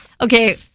okay